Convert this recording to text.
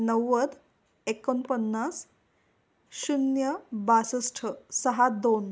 नव्वद एकोणपन्नास शून्य बासष्ट सहा दोन